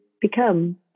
become